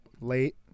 Late